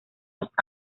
los